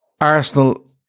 Arsenal